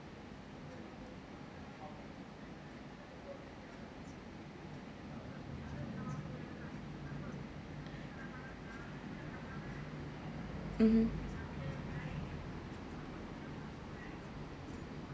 mmhmm